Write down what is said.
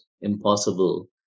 impossible